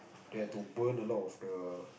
they had to burn a lot of the